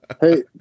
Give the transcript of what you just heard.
hey